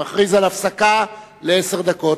מכריז על הפסקה לעשר דקות.